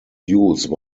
use